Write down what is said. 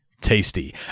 tasty